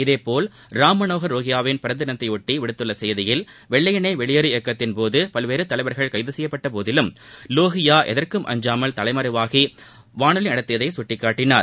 இதேபோல் ராம்மனோகர் லோகியாவின் பிறந்த தினத்தையொட்டி விடுத்துள்ள செய்தியில் வெள்ளையனே வெளியேறு இயக்கத்தின் போது பல்வேறு தலைவர்கள் கைது செய்யப்பட்டபோதும் லோகியா எதற்கும் அஞ்சாமல் தலைமறைவாகி வானொலி நடத்தியதை சுட்டிக்காட்டினார்